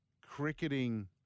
cricketing